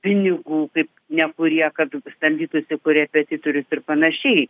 pinigų kaip nekurie kad samdytųsi korepetitorius ir panašiai